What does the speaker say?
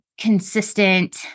consistent